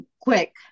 quick